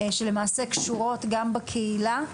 שלמעשה קשורות גם בקהילה,